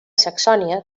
saxònia